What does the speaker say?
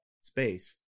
space